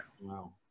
Wow